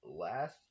last